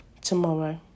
tomorrow